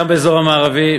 גם באזור המערבי,